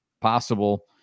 possible